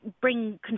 bring